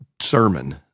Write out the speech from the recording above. sermon